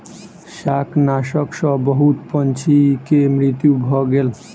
शाकनाशक सॅ बहुत पंछी के मृत्यु भ गेल